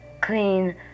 Clean